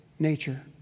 nature